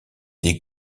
des